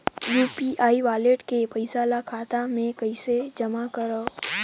UPI wallet के पईसा ल खाता मे कइसे जमा करव?